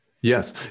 Yes